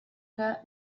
que